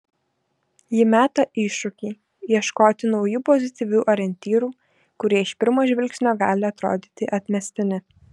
ji meta iššūkį ieškoti naujų pozityvių orientyrų kurie iš pirmo žvilgsnio gali atrodyti atmestini